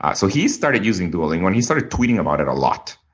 ah so he started using duolingo, and he started tweeting about it a lot.